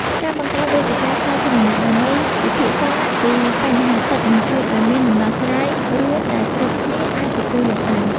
ការបង្កើតវេទិកាសាធារណៈដើម្បីពិភាក្សាពីបញ្ហាទឹកនឹងជួយឱ្យមានដំណោះស្រាយរួមដែលគ្រប់គ្នាអាចទទួលយកបាន។